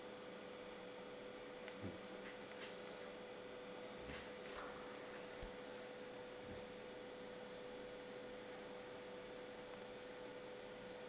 mm